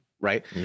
right